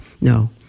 No